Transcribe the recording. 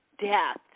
death